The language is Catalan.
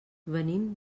venim